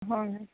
हय